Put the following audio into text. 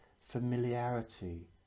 familiarity